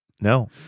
no